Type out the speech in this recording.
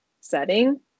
setting